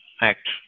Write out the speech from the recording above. act